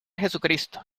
jesucristo